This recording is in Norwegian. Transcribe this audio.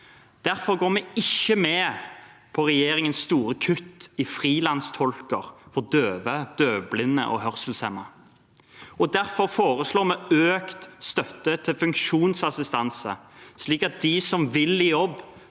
Derfor går vi ikke med på regjeringens store kutt i frilanstolker for døve, døvblinde og hørselshemmede, og derfor foreslår vi økt støtte til funksjonsassistanse, slik at de som vil i jobb,